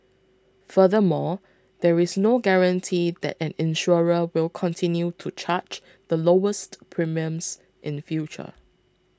furthermore there is no guarantee that an insurer will continue to charge the lowest premiums in future